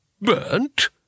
Burnt